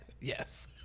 Yes